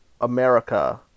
America